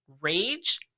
Rage